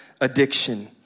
addiction